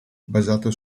basato